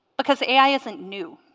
because ai isn't new